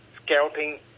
scalping